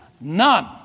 None